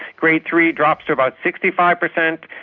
grade three drops to about sixty five percent.